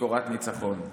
שיכורת ניצחון.